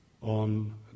on